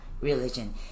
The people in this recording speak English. religion